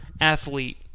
athlete